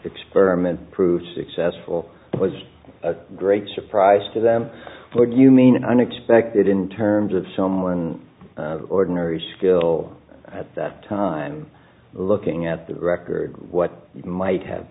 experiment proves successful was a great surprise to them but you mean unexpected in terms of someone ordinary skill at that time looking at the record what might have